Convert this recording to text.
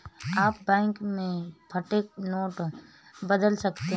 आप बैंक में फटे नोट बदल सकते हैं